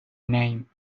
name